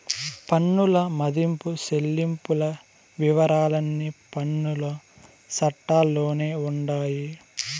పన్నుల మదింపు చెల్లింపుల వివరాలన్నీ పన్నుల చట్టాల్లోనే ఉండాయి